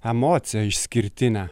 emociją išskirtinę